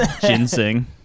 ginseng